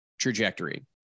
trajectory